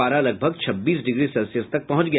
पारा लगभग छब्बीस डिग्री सेल्सियस तक पहुंच गया